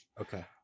Okay